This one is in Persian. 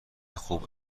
خوب